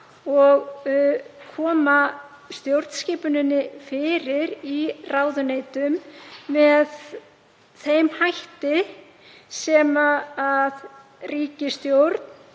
og koma stjórnskipuninni fyrir í ráðuneytum með þeim hætti sem ríkisstjórn,